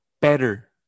better